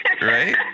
right